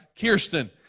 Kirsten